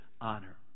honor